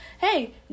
hey